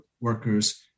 workers